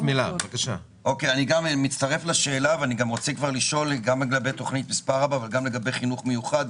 אני מצטרף לשאלה ורוצה לשאול לגבי תוכנית מס' 4 וחינוך מיוחד,